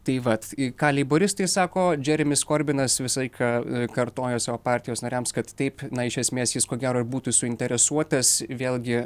tai vat į ką leiboristai sako džeremis korbinas visą laiką kartoja savo partijos nariams kad taip na iš esmės jis ko gero ir būtų suinteresuotas vėlgi